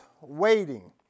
waiting